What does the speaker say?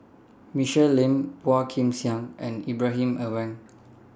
Michelle Lim Phua Kin Siang and Ibrahim Awang